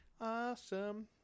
Awesome